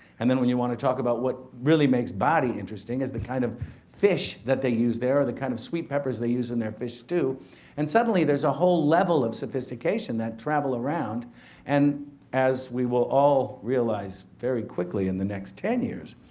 and then when you wanna talk about what really makes bari interesting, is the kind of fish that they use there or the kind of sweet peppers they use in their fish stew and suddenly there's a whole level of sophistication that travel around and as we will all realize very quickly in the next ten years,